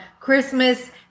Christmas